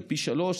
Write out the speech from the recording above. זה פי שלושה,